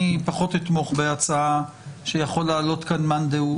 אני פחות אתמוך בהצעה שיכול להעלות כאן מאן דהוא,